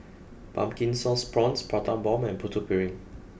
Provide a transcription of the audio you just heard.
Pumpkin Sauce Prawns Prata Bomb and Putu Piring